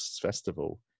festival